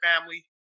family